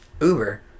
Uber